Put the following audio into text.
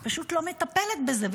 היא פשוט לא מטפלת בזה.